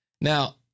Now